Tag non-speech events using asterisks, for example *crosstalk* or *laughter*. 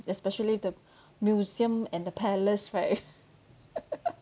especially the *breath* museum and the palace right *laughs*